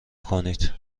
کنید